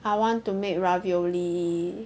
I want to make ravioli